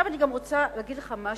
עכשיו אני גם רוצה להגיד לך משהו,